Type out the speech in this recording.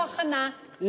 לא הכנה,